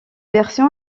version